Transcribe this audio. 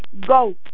go